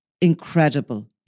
incredible